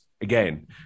again